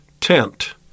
tent